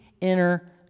inner